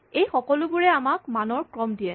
এই সকলোবোৰে আমাক মানৰ ক্ৰম দিয়ে